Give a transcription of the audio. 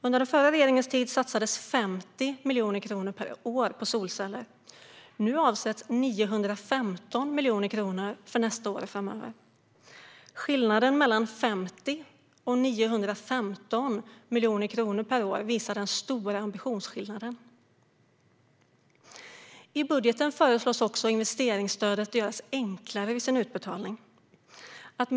Under den förra regeringens tid satsades 50 miljoner kronor per år på solceller. Nu avsätts 915 miljoner kronor för nästa år och framöver. Skillnaden mellan 50 och 915 miljoner kronor per år visar den stora ambitionsskillnaden. I budgeten föreslås också att utbetalningen av investeringsstödet ska göras enklare.